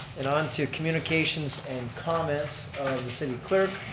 and on to communications and comments of the city clerk.